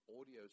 audio